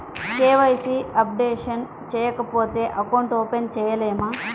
KYC updation చేయకపోతే account open చేయలేమా?